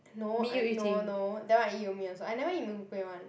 no I no no that one I eat You-Mian also I never eat Mee-Hoon-Kway [one]